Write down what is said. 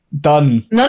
Done